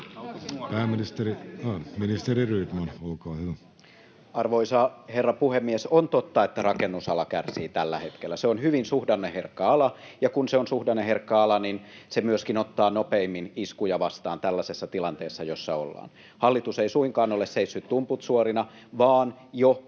Arvoisa herra puhemies! On totta, että rakennusala kärsii tällä hetkellä. Se on hyvin suhdanneherkkä ala, ja kun se on suhdanneherkkä ala, niin se myöskin ottaa nopeimmin iskuja vastaan tällaisessa tilanteessa, jossa ollaan. Hallitus ei suinkaan ole seissyt tumput suorina, vaan jo